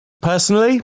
Personally